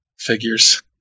Figures